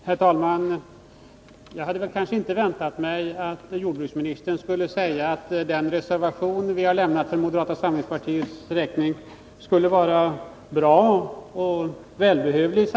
Herr talman! Jag hade inte väntat mig att jordbruksministern skulle säga att den reservation som vi å moderata samlingspartiets vägnar har fogat till betänkandet var bra och välbehövlig.